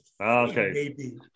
Okay